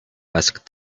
asked